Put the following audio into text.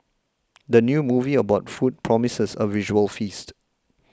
the new movie about food promises a visual feast